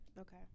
Okay